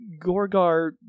Gorgar